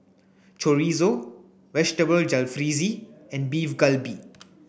Chorizo Vegetable Jalfrezi and Beef Galbi